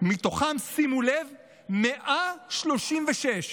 מתוכם, שימו לב, ב-136,